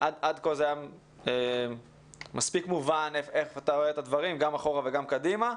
עד כה היה מספיק מובן איך אתה רואה את הדברים גם אחורה וגם קדימה.